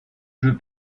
jeux